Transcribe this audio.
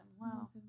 wow